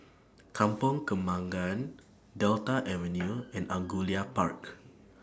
Kampong Kembangan Delta Avenue and Angullia Park